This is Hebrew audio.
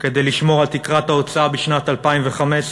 כדי לשמור על תקרת ההוצאה בשנת 2015,